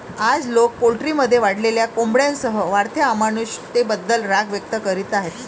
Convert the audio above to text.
आज, लोक पोल्ट्रीमध्ये वाढलेल्या कोंबड्यांसह वाढत्या अमानुषतेबद्दल राग व्यक्त करीत आहेत